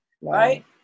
Right